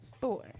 four